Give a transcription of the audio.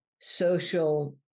social